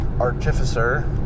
Artificer